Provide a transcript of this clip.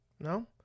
No